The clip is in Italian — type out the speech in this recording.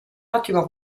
ottimo